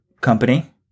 company